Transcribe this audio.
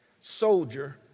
soldier